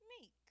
Meek